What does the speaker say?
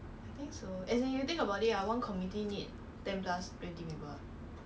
don't know eh 七八个七七个 I think